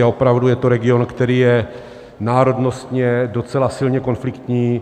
A opravdu je to region, který je národnostně docela silně konfliktní.